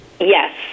Yes